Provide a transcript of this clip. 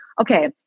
okay